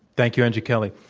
thank you, angie kelly.